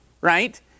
right